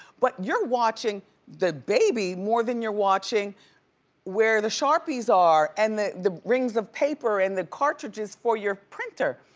but you're watching the baby more than you're watching where the sharpies are and the the rings of paper and the cartridges for your printer.